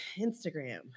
Instagram